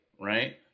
Right